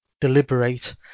deliberate